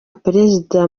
perezida